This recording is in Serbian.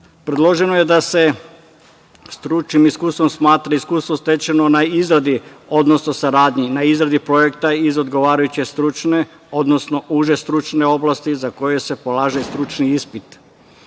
iskustvom. Predloženo je da se stručnim iskustvom smatra iskustvo stečeno na izradi, odnosno saradnji, na izradi projekta iz odgovarajuće stručne, odnosno uže stručne oblasti za koje se polaže stručni ispit. Zakon